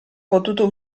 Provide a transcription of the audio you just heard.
potuto